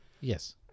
Yes